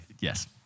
Yes